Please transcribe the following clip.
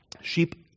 sheep